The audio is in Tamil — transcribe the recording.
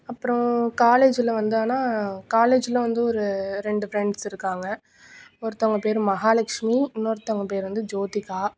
அப்புறோம் காலேஜில் வந்தோன்னா காலேஜில் வந்து ஒரு ரெண்டு ஃப்ரெண்ட்ஸ் இருக்காங்க ஒருத்தவங்க பேர் மகாலெக்ஷ்மி இன்னோருத்தவுங்க பேர் வந்து ஜோதிகா